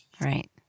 Right